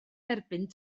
derbyn